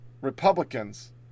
Republicans